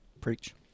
preach